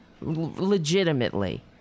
legitimately